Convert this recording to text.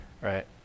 right